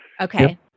Okay